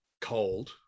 cold